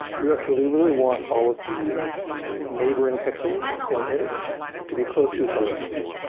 you actually really want all of the neighboring pixels in an image to be close to each other in-memory.